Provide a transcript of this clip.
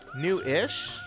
new-ish